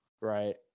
Right